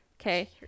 okay